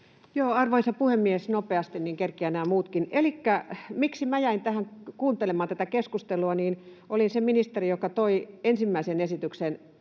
Arvoisa puhemies! Nopeasti, niin kerkiävät nämä muutkin. — Syy, miksi jäin tähän kuuntelemaan tätä keskustelua, oli se, että olin se ministeri, joka toi ensimmäisen esityksen